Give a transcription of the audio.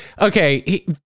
okay